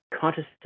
consciousness